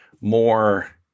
more